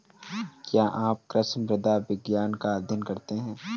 क्या आप कृषि मृदा विज्ञान का अध्ययन करते हैं?